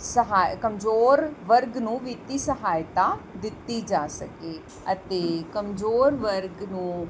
ਸਹਾ ਕਮਜ਼ੋਰ ਵਰਗ ਨੂੰ ਵਿੱਤੀ ਸਹਾਇਤਾ ਦਿੱਤੀ ਜਾ ਸਕੇ ਅਤੇ ਕਮਜ਼ੋਰ ਵਰਗ ਨੂੰ